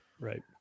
right